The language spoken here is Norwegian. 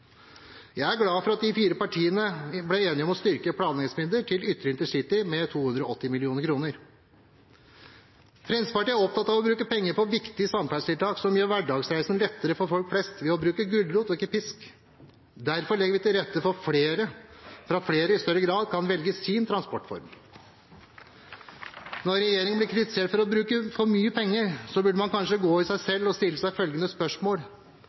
Jeg er glad for at de fire partiene ble enige om å styrke planleggingsmidlene til ytre intercity med 280 mill. kr. Fremskrittspartiet er opptatt av å bruke penger på viktige samferdselstiltak som gjør hverdagsreisen lettere for folk flest, ved å bruke gulrot og ikke pisk. Derfor legger vi til rette for at flere i større grad kan velge sin transportform. Når regjeringen blir kritisert for å bruke for mye penger, burde man kanskje gå i seg selv og stille seg følgende spørsmål: